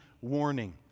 warning